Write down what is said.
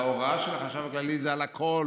שההוראה של החשב הכללי זה על הכול.